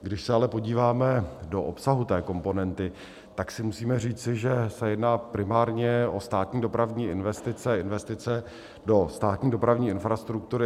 Když se ale podíváme do obsahu této komponenty, tak si musíme říci, že se jedná primárně o státní dopravní investice a investice do státní dopravní infrastruktury.